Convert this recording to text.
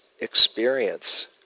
experience